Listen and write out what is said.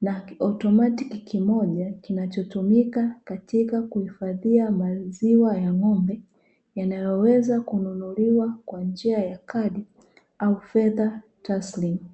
na kiautomatiki kimoja kinachotumika katika kuhifadhia maziwa ya ng'ombe, yanayoweza kununuliwa kwa njia ya kadi au fedha taslimu.